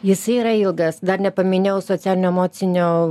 jisai yra ilgas dar nepaminėjau socialinio emocinio